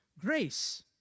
grace